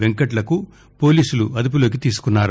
వెంకట్లను పోలీసులు అదుపులోకి తీసుకున్నారు